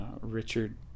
Richard